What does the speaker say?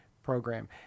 program